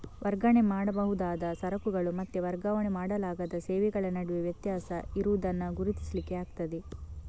ವರ್ಗಾವಣೆ ಮಾಡಬಹುದಾದ ಸರಕುಗಳು ಮತ್ತೆ ವರ್ಗಾವಣೆ ಮಾಡಲಾಗದ ಸೇವೆಗಳ ನಡುವೆ ವ್ಯತ್ಯಾಸ ಇರುದನ್ನ ಗುರುತಿಸ್ಲಿಕ್ಕೆ ಆಗ್ತದೆ